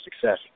success